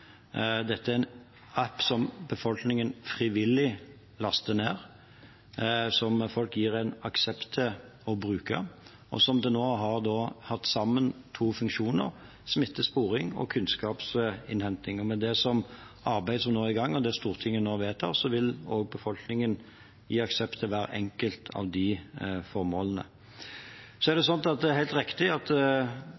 Dette er en app som befolkningen frivillig laster ned, som folk gir en aksept til at blir brukt, og som til nå har hatt to funksjoner: smittesporing og kunnskapsinnhenting. Med det arbeidet som nå er i gang, og det Stortinget nå vedtar, vil befolkningen gi aksept til hver enkelt av de formålene. Så er det